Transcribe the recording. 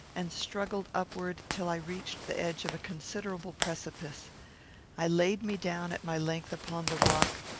and struggled upward till i reached the edge of a considerable precipice i laid me down at my length upon the rock,